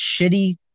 shitty